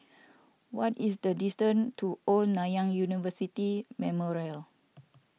what is the distance to Old Nanyang University Memorial